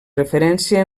referència